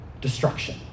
destruction